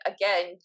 Again